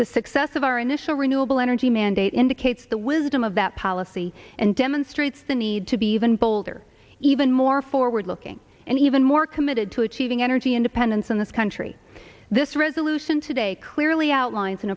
the success of our initial renewable energy mandate indicates the wisdom of that policy and demonstrates the need to be even bolder even more forward looking and even more committed to achieving energy independence in this country this resolution today clearly outlines an